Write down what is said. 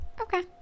Okay